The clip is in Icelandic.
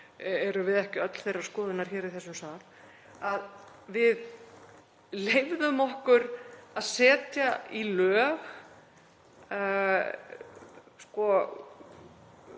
erum við ekki öll þeirrar skoðunar hér í þessum sal — leyfðum okkur að setja í lög